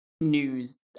news